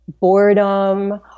boredom